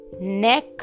neck